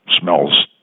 smells